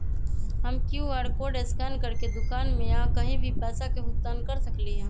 हम QR code scan करके दुकान में या कहीं भी पैसा के भुगतान कर सकली ह?